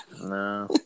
No